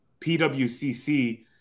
PWCC